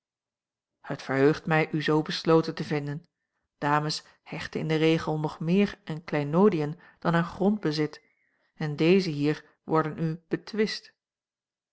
het verheugt mij u zoo besloten te vinden dames hechten in den regel nog meer aan kleinoodiën dan aan grondbezit en deze hier worden u betwist